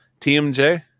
TMJ